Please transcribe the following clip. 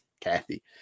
Kathy